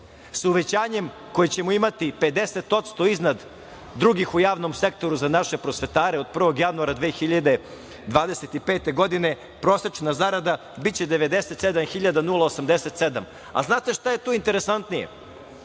sa uvećanjem koje ćemo imati 50 posto iznad drugih u javnom sektoru za naše prosvetare od 1. januara 2025. godine, prosečna zarada biće 97.087.Znate šta je interesantnije,